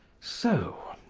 so,